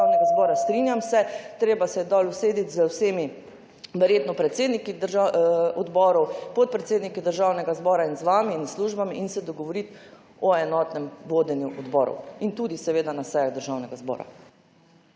Državnega zbora, strinjam se, treba se je usesti z vsemi, verjetno predsedniki odborov, podpredsedniki Državnega zbora in z vami ter službami in se dogovoriti o enotnem vodenju na odborih in tudi na sejah Državnega zbora.